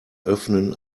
öffnen